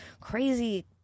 crazy